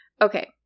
Okay